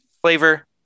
Flavor